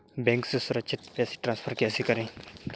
Bank से सुरक्षित पैसे ट्रांसफर कैसे करें?